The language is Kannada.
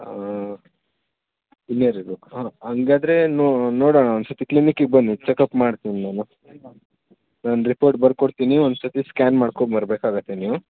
ಹಾಗಾದ್ರೆ ನೋಡೋಣ ಒನ್ಸತಿ ಕ್ಲಿನಿಕಿಗೆ ಬನ್ನಿ ಚೆಕಪ್ ಮಾಡ್ತೀನಿ ನಾನು ರಿಪೋರ್ಟ್ ಬರ್ಕೊಡ್ತೀನಿ ಒಂದ್ಸತಿ ಸ್ಕ್ಯಾನ್ ಮಾಡಿಕೊಂಡು ಬರಬೇಕಾಗುತ್ತೆ ನೀವು